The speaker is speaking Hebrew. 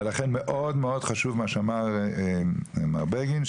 ולכן מאוד חשוב מה שאמר מר בגין,